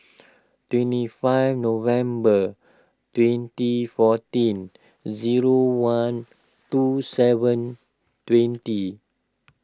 twenty five November twenty fourteen zero one two seven twenty